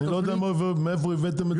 אני לא יודע מאיפה הבאתם את זה.